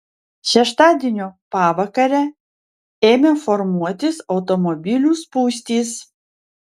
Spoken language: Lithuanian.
šeštadienio pavakarę ėmė formuotis automobilių spūstys